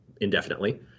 indefinitely